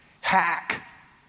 hack